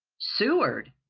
seward!